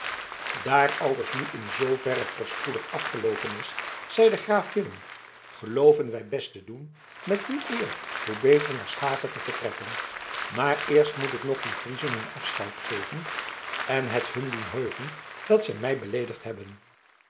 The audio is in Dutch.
daar alles nu in zooverre voorspoedig afgeloopen is zeide graaf willem gelooven wij best te doen met hoe eer hoe beter naar s hage te vertrekken maar eerst moet ik nog dien friezen hun afscheid geven en het hun doen heugen dat zij mij beleedigd hebben